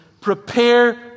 prepare